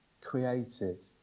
created